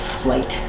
flight